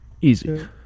easy